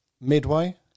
Midway